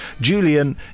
Julian